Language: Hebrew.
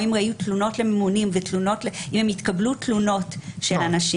או אם היו תלונות לממונים או אם התקבלו תלונות של אנשים.